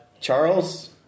Charles